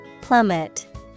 plummet